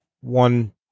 one